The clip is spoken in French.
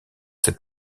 cette